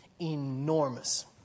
enormous